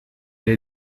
est